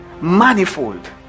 Manifold